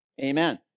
Amen